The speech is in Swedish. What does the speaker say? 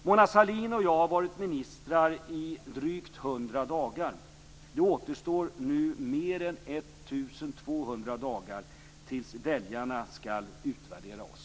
Mona Sahlin och jag har varit ministrar i drygt 100 dagar, och det återstår nu mer än 1 200 dagar tills väljarna skall utvärdera oss.